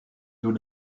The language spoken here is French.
tous